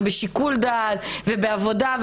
בשיקול דעת ובעבודה,